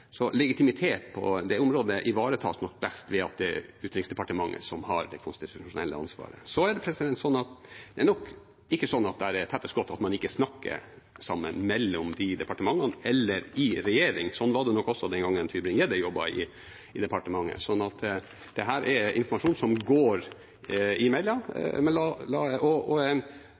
Legitimitet på det området ivaretas nok best ved at det er Utenriksdepartementet som har det konstitusjonelle ansvaret. Så er det nok ikke sånn at det er tette skott, at man ikke snakker sammen mellom de departementene eller i regjering. Sånn var det nok også den gangen Tybring-Gjedde jobbet i departementet. Dette er informasjon som går imellom, og initiativene om et tettere nordisk samarbeid og om et tettere europeisk samarbeid på disse områdene er veldig gode, og